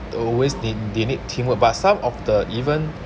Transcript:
always they they need teamwork but some of the even